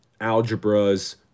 algebras